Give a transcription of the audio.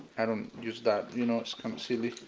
i don't use that, you know, it's kind of silly.